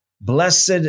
Blessed